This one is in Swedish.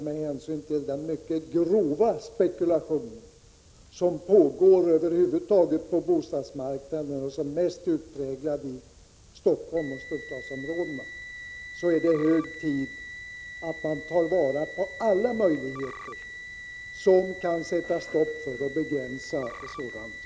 Med hänsyn till den mycket grova spekulation som pågår på bostadsmarknaden över huvud taget och som är mest utpräglad i Stockholm och i storstadsområdena, är det hög tid att man tar till vara alla möjligheter som kan sätta stopp för eller begränsa en sådan spekulation.